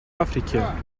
африке